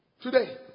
Today